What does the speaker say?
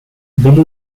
billy